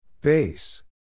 Base